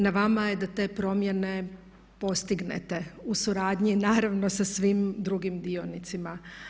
Na vama je da te promjene postignete u suradnji naravno sa svim drugim dionicima.